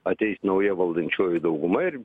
ateis nauja valdančioji dauguma ir